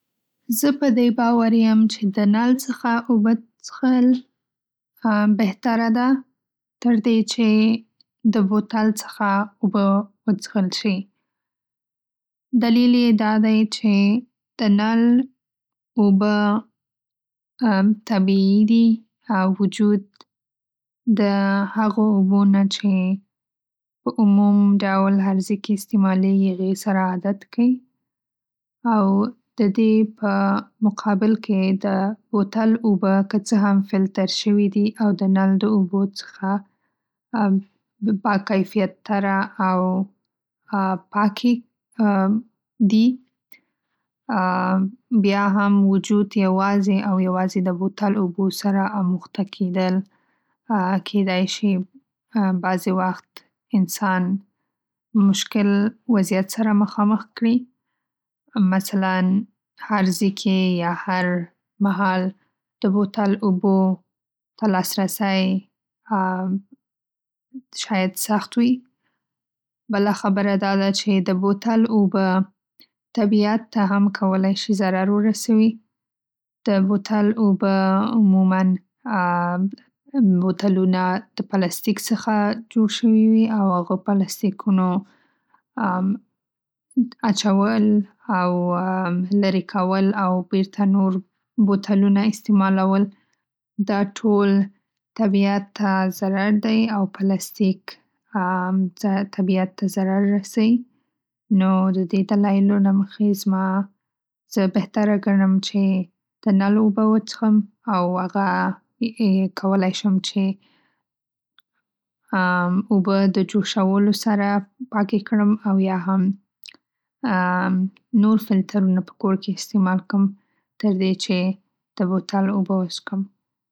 زه په دې باور یم چې د نل څخه اږبه څښل بهتره ده تر دې چې د بوتل څخه اوبه وڅخل شي. دلیل یې دا دی چې د نل اوبه طبیعي دي او وجود د هغو اوبو نه چې په عموم ډول هر ځي کې استعمالیږي هغې سره عادت کوي. او د دې په مقابل کې د بوتل اوبه که څه هم فیلتر شوي دي‌ او د نل د اوبو څخه با کیفیت تره، پاکې دي ‌بیا هم وجود یواځې او یواځې د بوتل د اوبو سره آموخته کېدل کېدای شي انسان بعضې وخت د مشعل وضعیت سره مخامخ کړي. مثلا هر ځي کې یا هر محال د بوتل اوبو ته لاسرسی شاید سخت وي بله خبره دا ده چې د بوتل اوبه طبیعت ته هم کولای شي ضرر وسوي.‌د بوتل اوبه عموما بوتلونه د پلاستیک څخه جوړ شوي وي او هغه پلاستیکونو اچول او لېرې کول او بیرته نور بوتلونو استعمالول ټول طبیعت ته ضرر دی او پلاستیک طبیعت ته ضرر رسی، نو د دې دلایلو له مخې زما زه بهتره ګڼم چې د نل اوبه وڅخم او هغه کولای شم چې اوبه د جوشولو سره پاکې کړم او یا هم نور فلترونه په کور کې استعمال کړم تر دې چې د بوتل اوبه وڅخم.